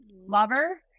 lover